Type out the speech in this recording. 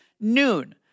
noon